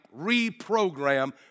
reprogram